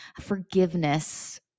forgiveness